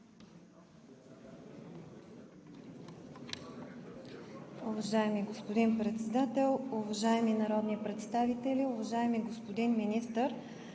Уважаеми господин Председател, уважаеми народни представители, уважаеми господин Министър!